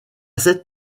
cette